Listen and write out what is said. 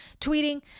tweeting